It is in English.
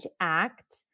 Act